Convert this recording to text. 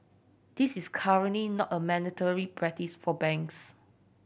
this is currently not a mandatory practice for banks